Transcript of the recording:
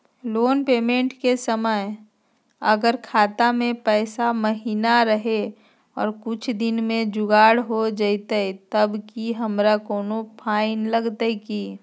Loan payment के समय अगर खाता में पैसा महिना रहै और कुछ दिन में जुगाड़ हो जयतय तब की हमारा कोनो फाइन लगतय की?